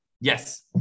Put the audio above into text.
Yes